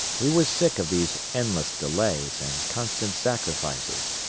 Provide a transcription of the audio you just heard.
he was sick of these endless delays and constant sacrifices,